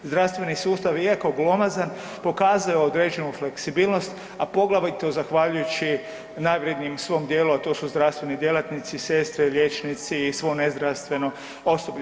Zdravstveni sustav, iako glomazan, pokazao je određenu fleksibilnost, a poglavito zahvaljujući najvrjednijem svom dijelu, a to su zdravstveni djelatnici, sestre, liječnici i svo nezdravstveno osoblje.